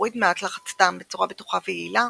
מוריד מעט לחץ דם בצורה בטוחה ויעילה,